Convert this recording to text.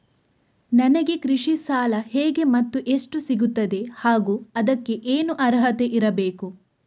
ನನಗೆ ಕೃಷಿ ಸಾಲ ಹೇಗೆ ಮತ್ತು ಎಷ್ಟು ಸಿಗುತ್ತದೆ ಹಾಗೂ ಅದಕ್ಕೆ ಏನು ಅರ್ಹತೆ ಇರಬೇಕು?